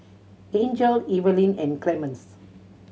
Angel Evaline and Clemens